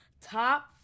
Top